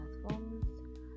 platforms